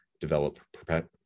develop